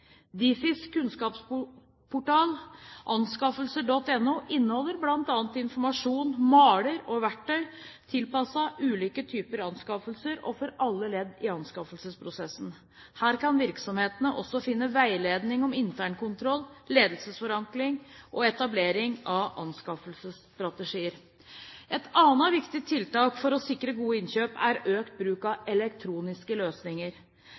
Difis kunnskapsportal, www.anskaffelser.no, inneholder bl.a. informasjon, maler og verktøy tilpasset ulike typer anskaffelser, og for alle ledd i anskaffelsesprosessen. Her kan virksomhetene også finne veiledning om internkontroll, ledelsesforankring og etablering av anskaffelsesstrategier. Et annet viktig tiltak for å sikre gode innkjøp er økt bruk av elektroniske løsninger.